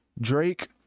drake